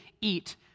eat